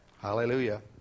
Hallelujah